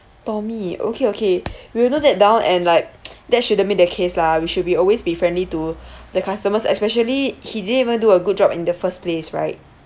tommy okay okay we will note that down and like that shouldn't be the case lah we should be always be friendly to the customers especially he didn't even do a good job in the first place right